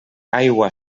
aigua